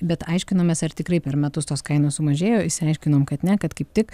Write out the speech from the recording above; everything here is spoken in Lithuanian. bet aiškinomės ar tikrai per metus tos kainos sumažėjo išsiaiškinom kad ne kad kaip tik